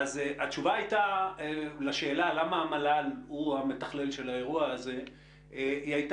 התשובה לשאלה למה המל"ל הוא המתכלל של האירוע הזה הייתה,